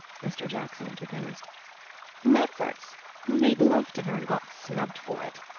mr. jackson interposed. lefferts who made love to her and got snubbed for it!